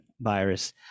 virus